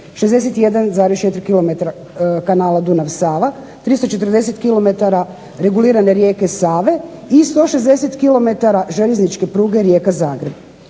61,4 kilometara kanala Dunav-Sava, 340 kilometara regulirane rijeke Save i 160 kilometara željezničke pruge Rijeka Zagreb.